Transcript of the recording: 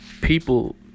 people